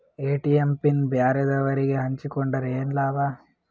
ATM PIN ಬ್ಯಾರೆದವರಗೆ ಹಂಚಿಕೊಂಡರೆ ಏನು ಲಾಭ?